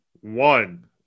one